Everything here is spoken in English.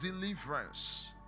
deliverance